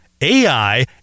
AI